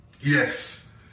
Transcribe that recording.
Yes